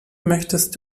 möchtest